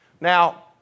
Now